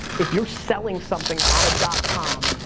if you're selling something on a dot com,